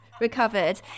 recovered